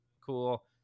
cool